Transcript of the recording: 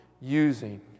using